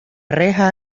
reja